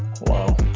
wow